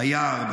מאייר,